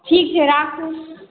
ठीक छै राखू